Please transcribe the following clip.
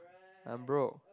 I'm broke